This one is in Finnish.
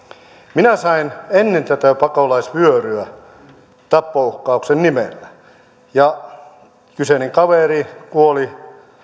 minä sain ennen tätä pakolaisvyöryä tappouhkauksen nimellä ja kyseinen kaveri kuoli